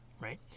right